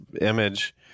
image